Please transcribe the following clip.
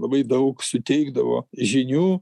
labai daug suteikdavo žinių